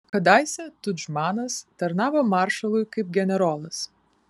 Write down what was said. kadaise tudžmanas tarnavo maršalui kaip generolas